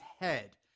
head